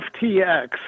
ftx